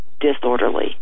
disorderly